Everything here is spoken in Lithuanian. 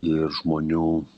ir žmonių